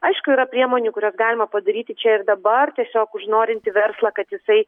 aišku yra priemonių kurias galima padaryti čia ir dabar tiesiog užnorinti verslą kad jisai